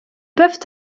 peuvent